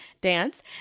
dance